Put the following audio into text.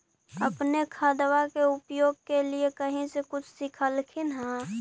अपने खादबा के उपयोग के लीये कही से कुछ सिखलखिन हाँ?